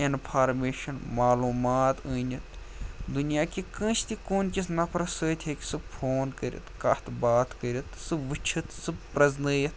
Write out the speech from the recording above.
information معلوٗمات أنِتھ دُنیا کہِ کٲنٛسہِ تہِ کوٗنہِ کِس نَفرَس سۭتۍ ہیٚکہِ سُہ فون کٔرِتھ کَتھ باتھ کٔرِتھ سُہ وٕچھِتھ سُہ پرٛزنٲیِتھ